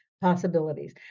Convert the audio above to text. possibilities